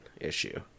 issue